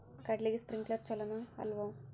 ಕಡ್ಲಿಗೆ ಸ್ಪ್ರಿಂಕ್ಲರ್ ಛಲೋನೋ ಅಲ್ವೋ?